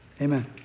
amen